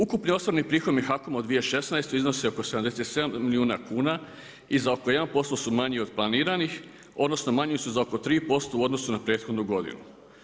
Ukupni osobni prihodi HAKOM-a u 2016. iznosi oko 77 milijuna kuna, i za oko 1% su manji od planiranih odnosno, manji su za oko 3% u odnosu na prethodnu godinu.